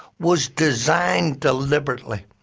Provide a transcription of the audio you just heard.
was designed deliberately,